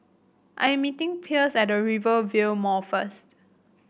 I am meeting Pierce at Rivervale Mall first